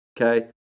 okay